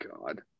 god